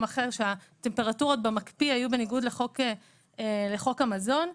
אחר כאשר הטמפרטורות במקפיא היו בניגוד לחוק המזון.